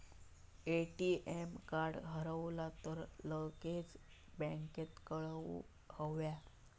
ATM card हरवला तर लगेच बँकेत कळवुक हव्या